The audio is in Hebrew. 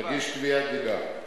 תגיש תביעת דיבה.